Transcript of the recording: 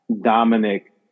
Dominic